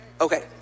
Okay